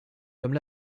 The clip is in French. comme